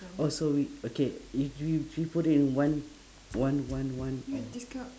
oh so we okay if w~ we put in one one one one one